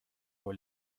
его